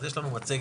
אז יש לנו מצגת.